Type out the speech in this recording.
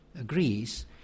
agrees